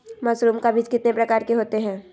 Mushroom का बीज कितने प्रकार के होते है?